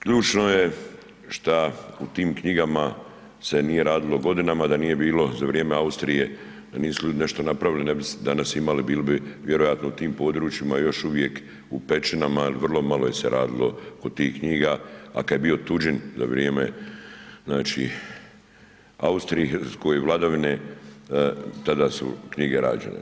Ključno je što u tim knjigama se nije radilo godinama, da nije bilo za vrijeme Austrije, da nisu ljudi nešto napravili, ne bi danas imali, bili bi vjerojatno u tim područjima još uvijek u pećinama, ali vrlo malo se radilo kod tih knjiga, a kad je bio tuđin za vrijeme Austrije, vladavine, tada su knjige rađene.